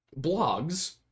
blogs